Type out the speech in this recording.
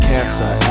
Cancer